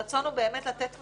אלא באמת לתת מענה.